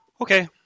Okay